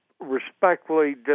respectfully